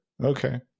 Okay